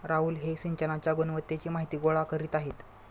राहुल हे सिंचनाच्या गुणवत्तेची माहिती गोळा करीत आहेत